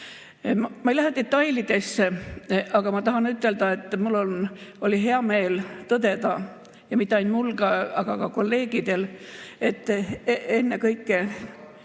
Ma ei lähe detailidesse, aga ma tahan ütelda, et mul oli hea meel tõdeda – ja mitte ainult mul, vaid ka kolleegidel –, et ennekõike